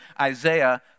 Isaiah